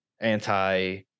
anti